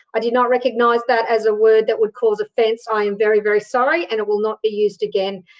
i did not recognise that as a word that would cause offense. i am very, very, sorry and it will not be used again.